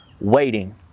Waiting